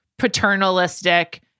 Paternalistic